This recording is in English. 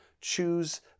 choose